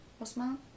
Osman